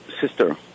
sister